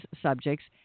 subjects